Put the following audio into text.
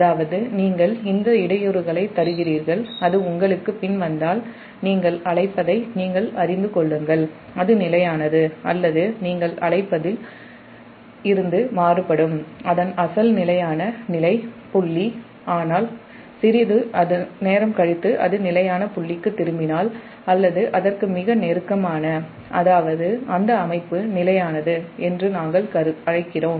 அதாவது நீங்கள் சில இடையூறுகளைத் தருகிறீர்கள் அது உங்களுக்குப் பின் வந்தால் நீங்கள் அழைப்பதை நீங்கள் அறிந்து கொள்ளுங்கள் அது நிலையானது அல்லது நீங்கள் அழைப்பதில் இருந்து மாறுபடும் அதன் அசல் நிலையான நிலை புள்ளி ஆனால் சிறிது நேரம் கழித்து அது நிலையான புள்ளிக்கு திரும்பினால் அல்லது அதற்கு மிக நெருக்கமான அதாவது அந்த அமைப்பு நிலையானது என்று நாங்கள் அழைக்கிறோம்